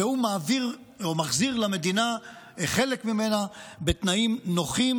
והוא מחזיר למדינה חלק ממנה בתנאים נוחים,